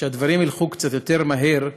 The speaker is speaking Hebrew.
שהדברים ילכו קצת יותר מהר,